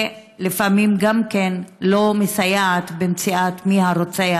ולפעמים גם לא מסייעות במציאת הרוצח,